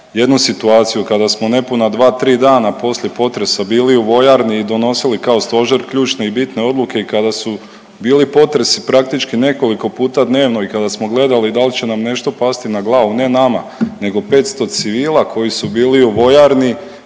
jednu situaciju kada smo nepuna 2-3 dana poslije potresa bili u vojarni i donosili kao stožer ključne i bitne odluke i kada su bili potresi praktički nekoliko puta dnevno i kada smo gledali da li će nam nešto pasti na glavu, ne nama nego 500 civila koji su bili u vojarni